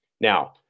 Now